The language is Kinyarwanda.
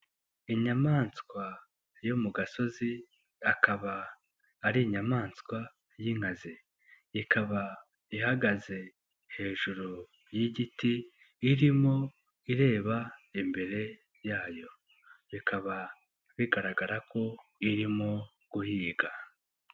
Inyamaswa yo mu gasozi akaba ari inyamaswa y'inkazi. Ikaba ihagaze hejuru y'igiti irimo ireba imbere yayo. Bikaba bigaragara ko irimo guhiga.